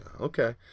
Okay